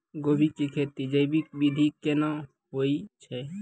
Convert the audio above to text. गोभी की खेती जैविक विधि केना हुए छ?